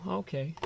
okay